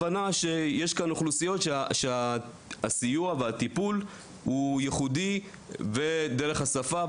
הדברים הללו נובעים מהבנה שהסיוע והטיפול הם ייחודיים דרך שפה,